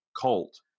cult